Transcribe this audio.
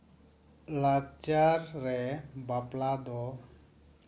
ᱞᱟᱠᱪᱟᱨᱨᱮ ᱵᱟᱯᱞᱟ ᱫᱚ